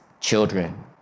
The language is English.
children